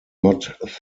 not